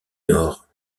nord